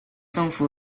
政府